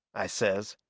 i says,